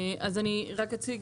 אז אני רק אציג,